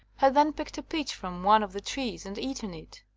had then picked a peach from one of the trees and eaten it.